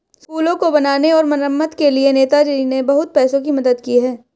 स्कूलों को बनाने और मरम्मत के लिए नेताजी ने बहुत पैसों की मदद की है